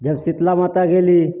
जब शीतला माता गेली